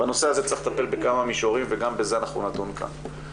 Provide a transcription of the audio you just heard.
בנושא הזה צריך לטפל בכמה מישורים וגם בזה אנחנו נדון כאן.